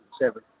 seven